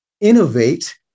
innovate